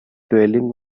dwelling